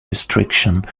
restriction